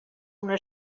una